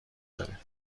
داره